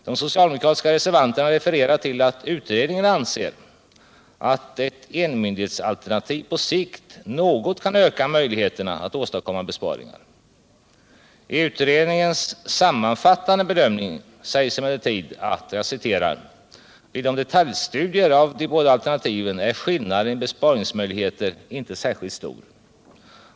De socialdemokratiska reservanterna refererar till att utredningen anser att ett enmyndighetsalternativ på sikt något kan öka möjligheterna att åstadkomma besparingar. I utredningens sammanfattande bedömning sägs emellertid: ”Vid detaljstudier av de båda alternativen är skillnaden i besparingsmöjligheter inte särskilt stor.